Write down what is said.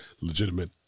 legitimate